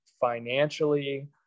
financially